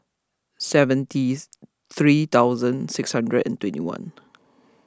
seventy three thousand six hundred and twenty one